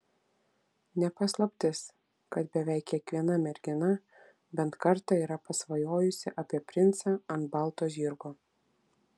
ne paslaptis kad beveik kiekviena mergina bent kartą yra pasvajojusi apie princą ant balto žirgo